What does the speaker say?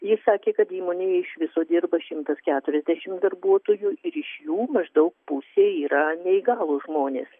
jis sakė kad įmonėje iš viso dirba šimtas keturiasdešim darbuotojų ir iš jų maždaug pusė yra neįgalūs žmonės